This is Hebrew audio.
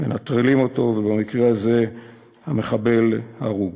מנטרלים אותו, ובמקרה הזה המחבל הרוג.